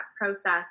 process